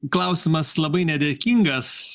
klausimas labai nedėkingas